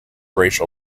racial